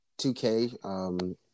2K